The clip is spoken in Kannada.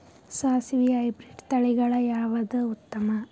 ಸಾಸಿವಿ ಹೈಬ್ರಿಡ್ ತಳಿಗಳ ಯಾವದು ಉತ್ತಮ?